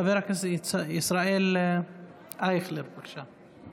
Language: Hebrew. חבר הכנסת ישראל אייכלר, בבקשה.